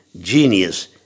genius